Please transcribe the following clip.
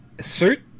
suit